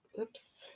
Oops